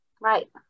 right